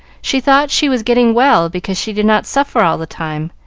she thought she was getting well because she did not suffer all the time,